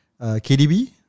KDB